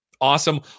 Awesome